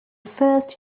first